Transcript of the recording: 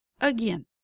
again